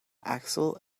axel